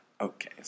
Okay